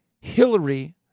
Hillary